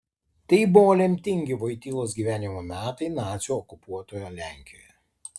tai buvo lemtingi vojtylos gyvenimo metai nacių okupuotoje lenkijoje